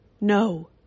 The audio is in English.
no